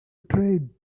train